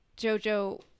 JoJo